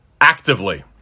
actively